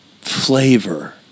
flavor